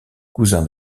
cousin